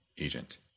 agent